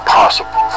possible